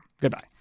Goodbye